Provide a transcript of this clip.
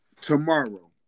tomorrow